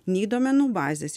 nei duomenų bazės